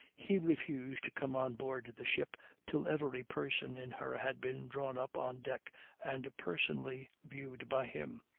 he refused to come on board the ship till every person in her had been drawn up on deck and personally viewed by him.